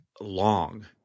long